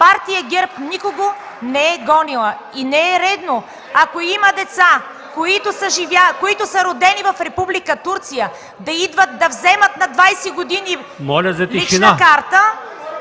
Партия ГЕРБ никого не е гонила. И не е редно ако има деца, които са родени в Република Турция, да идват да взимат на 20 години лична карта ...